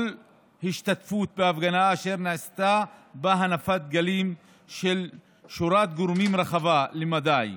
כל השתתפות בהפגנה אשר נעשתה בה הנפת דגלים של שורת גורמים רחבה למדי,